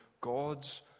God's